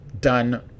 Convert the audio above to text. done